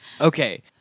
Okay